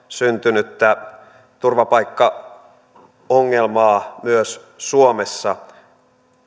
syntynyttä turvapaikkaongelmaa myös suomessa